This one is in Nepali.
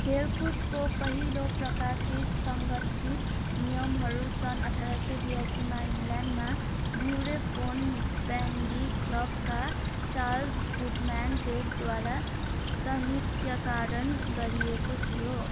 खेलकुदको पहिलो प्रकाशित सङ्गठित नियमहरू सन् अठाह्र सय बियासीमा इङ्ग्ल्यान्डमा ब्युरी फोन ब्यान्डी क्लबका चार्ल्स गुडम्यान टेबद्वारा संहिताकरण गरिएको थियो